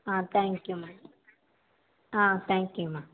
ஆ thank you ma'am ஆ thank you ma'am